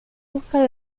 busca